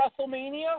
WrestleMania